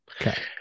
Okay